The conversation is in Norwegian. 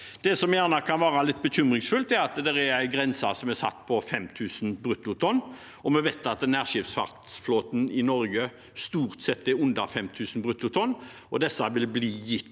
Det som kan være litt bekymringsfullt, er at det er satt en grense på 5 000 bruttotonn, og vi vet at nærskipsflåten i Norge stort sett er under 5 000 bruttotonn. Disse vil bli gitt